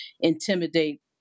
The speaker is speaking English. intimidate